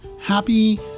Happy